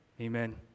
Amen